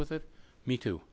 with it me too